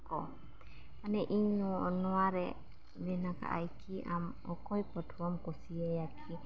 ᱠᱚ ᱢᱟᱱᱮ ᱤᱧ ᱱᱚᱜ ᱱᱚᱣᱟᱨᱮ ᱢᱮᱱᱮ ᱟᱜ ᱟᱭ ᱠᱤ ᱟᱢ ᱚᱠᱚᱭ ᱯᱟᱹᱴᱷᱩᱣᱟᱹᱢ ᱠᱩᱥᱤᱭᱟᱭᱟ ᱠᱤ